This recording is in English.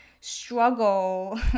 struggle